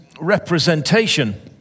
representation